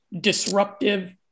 disruptive